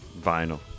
vinyl